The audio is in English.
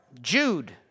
Jude